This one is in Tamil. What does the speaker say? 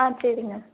ஆ சரிங்க